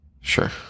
Sure